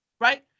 right